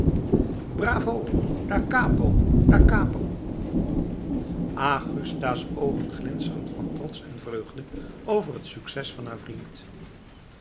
bravo da capo da capo augusta's oogen glinsteren van trots en vreugde over het succes van haar vriend